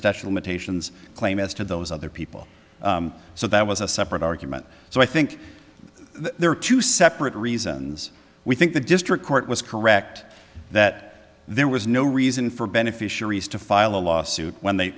special metate sions claim as to those other people so that was a separate argument so i think there are two separate reasons we think the district court was correct that there was no reason for beneficiaries to file a lawsuit when they